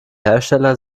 hersteller